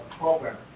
program